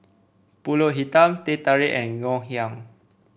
pulut hitam Teh Tarik and Ngoh Hiang